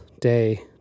day